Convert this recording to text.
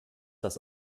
das